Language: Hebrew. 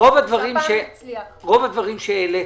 רוב הדברים שהעלית